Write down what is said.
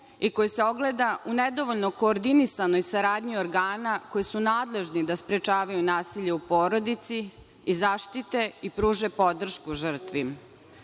i koji se ogleda u nedovoljno koordinisanoj saradnji organa koji su nadležni da sprečavaju nasilje u porodici i zaštite i pruže podršku žrtvi.